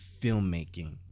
filmmaking